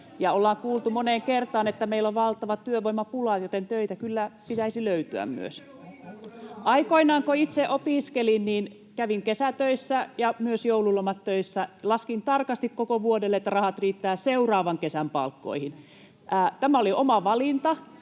Ollaan kuultu moneen kertaan, että meillä on valtava työvoimapula, joten töitä kyllä pitäisi myös löytyä. [Johanna Ojala-Niemelä: Ja opiskelu viivästyy!] Aikoinaan kun itse opiskelin, kävin kesätöissä ja myös joululomat töissä. Laskin tarkasti koko vuodelle, että rahat riittävät seuraavan kesän palkkoihin asti. Tämä oli oma valinta,